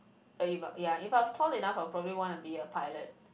uh eh but ya if I was tall enough I'll probably want to be a pilot